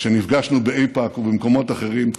כשנפגשנו באיפא"ק ובמקומות אחרים.